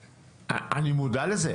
אני מודע לזה.